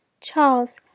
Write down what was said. Charles